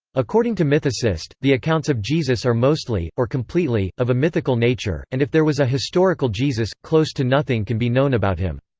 according to mythicists, the accounts of jesus are mostly, or completely, of a mythical nature and if there was a historical jesus, close to nothing can be known about him.